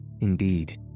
Indeed